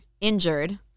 injured